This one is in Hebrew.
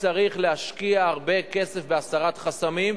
צריך להשקיע הרבה כסף בהסרת חסמים,